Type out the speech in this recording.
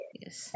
yes